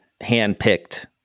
hand-picked